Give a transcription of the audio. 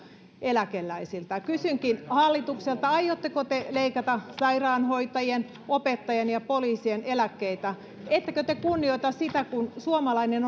eläkeläisiltä kysynkin hallitukselta aiotteko te leikata sairaanhoitajien opettajien ja poliisien eläkkeitä ettekö te kunnioita sitä kun suomalainen